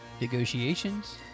negotiations